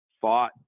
fought